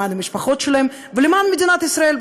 למען המשפחות שלהם ולמען מדינת ישראל,